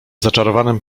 zaczarowanym